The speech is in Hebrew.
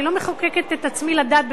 אני לא מחוקקת את עצמי לדעת,